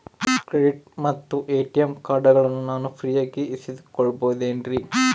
Credit ಮತ್ತ ATM ಕಾರ್ಡಗಳನ್ನ ನಾನು ಫ್ರೇಯಾಗಿ ಇಸಿದುಕೊಳ್ಳಬಹುದೇನ್ರಿ?